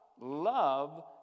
love